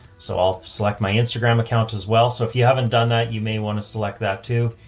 so i'll select my instagram account as well. so if you haven't done that, you may want to select that to,